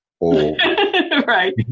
Right